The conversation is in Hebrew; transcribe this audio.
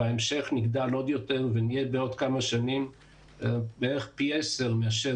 בהמשך נגדל עוד יותר ובעוד כמה שנים נהיה פי עשר מאשר